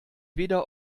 weder